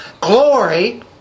Glory